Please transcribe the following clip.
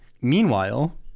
Meanwhile